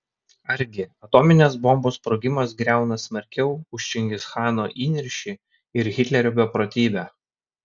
argi atominės bombos sprogimas griauna smarkiau už čingischano įniršį ir hitlerio beprotybę